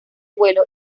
vuelo